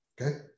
okay